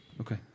Okay